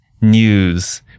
news